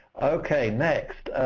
okay, next.